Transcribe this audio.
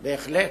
בהחלט.